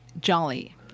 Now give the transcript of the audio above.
jolly